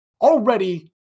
already